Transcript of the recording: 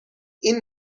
این